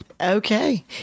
Okay